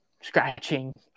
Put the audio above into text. scratching